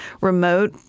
remote